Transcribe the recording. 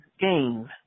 game